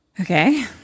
Okay